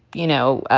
you know,